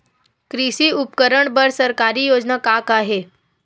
कृषि उपकरण बर सरकारी योजना का का हे?